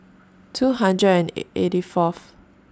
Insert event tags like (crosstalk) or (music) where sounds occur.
two hundred and (hesitation) eighty Fourth